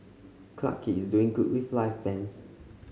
Clarke Quay is doing good with live bands